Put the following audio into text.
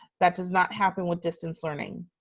that does not happen with distance learning.